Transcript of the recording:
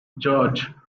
george